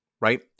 right